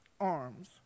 arms